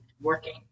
working